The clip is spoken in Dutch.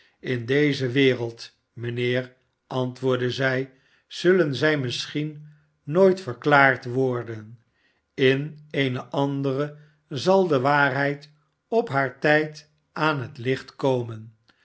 sin deze wereld mijnheer antwoordde zij zullen zij misschien nooit verklaard worden in eene andere zal de waarheid op haar tijd aan het licht komen